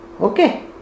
Okay